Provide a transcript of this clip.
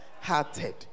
hearted